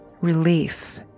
relief